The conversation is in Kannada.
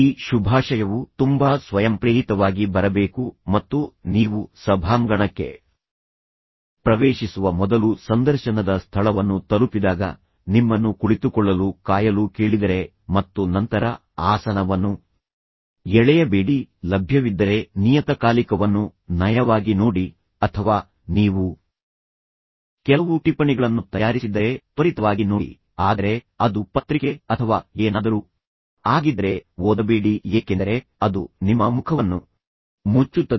ಈ ಶುಭಾಶಯವು ತುಂಬಾ ಸ್ವಯಂಪ್ರೇರಿತವಾಗಿ ಬರಬೇಕು ಮತ್ತು ನೀವು ಸಭಾಂಗಣಕ್ಕೆ ಪ್ರವೇಶಿಸುವ ಮೊದಲು ಸಂದರ್ಶನದ ಸ್ಥಳವನ್ನು ತಲುಪಿದಾಗ ನಿಮ್ಮನ್ನು ಕುಳಿತುಕೊಳ್ಳಲು ಕಾಯಲು ಕೇಳಿದರೆ ಮತ್ತು ನಂತರ ಆಸನವನ್ನು ಎಳೆಯಬೇಡಿ ಲಭ್ಯವಿದ್ದರೆ ನಿಯತಕಾಲಿಕವನ್ನು ನಯವಾಗಿ ನೋಡಿ ಅಥವಾ ನೀವು ಕೆಲವು ಟಿಪ್ಪಣಿಗಳನ್ನು ತಯಾರಿಸಿದ್ದರೆ ತ್ವರಿತವಾಗಿ ನೋಡಿ ಆದರೆ ಅದು ಪತ್ರಿಕೆ ಅಥವಾ ಏನಾದರೂ ಆಗಿದ್ದರೆ ಓದಬೇಡಿ ಏಕೆಂದರೆ ಅದು ನಿಮ್ಮ ಮುಖವನ್ನು ಮುಚ್ಚುತ್ತದೆ